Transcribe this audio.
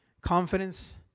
confidence